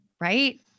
right